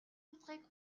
утгыг